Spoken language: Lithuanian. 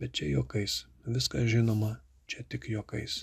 bet čia juokais viskas žinoma čia tik juokais